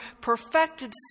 perfected